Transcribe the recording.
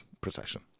procession